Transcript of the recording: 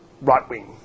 right-wing